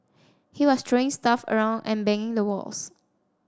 he was throwing stuff around and banging the walls